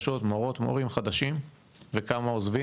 מורים חדשים וכמה עוזבים,